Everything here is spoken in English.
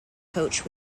coach